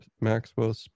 Maxwell